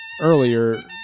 earlier